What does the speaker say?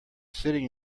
sitting